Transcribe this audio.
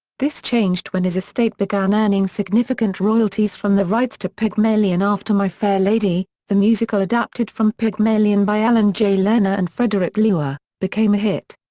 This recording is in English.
this changed when his estate began earning significant royalties from the rights to pygmalion after my fair lady the musical adapted from pygmalion by alan jay lerner and frederick loewe ah became a hit.